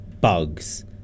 bugs